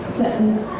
sentence